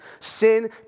Sin